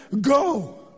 go